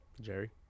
Jerry